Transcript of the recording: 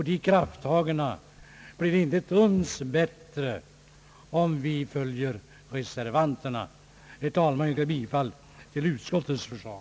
De krafttagen blir inte ett uns bättre om vi följer reservanternas förslag. Jag ber att få yrka bifall till utskottets förslag.